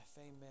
Amen